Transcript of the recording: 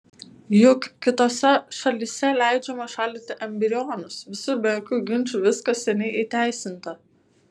juk kitose šalyse leidžiama šaldyti embrionus visur be jokių ginčų viskas seniai įteisinta